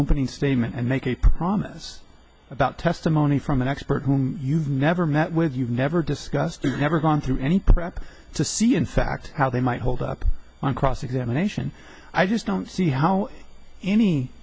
opening statement and make a promise about testimony from an expert whom you've never met with you never discuss to never gone through any prep to see in fact how they might hold up on cross examination i just don't see how any